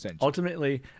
Ultimately